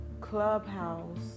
Clubhouse